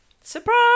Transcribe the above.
Surprise